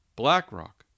BlackRock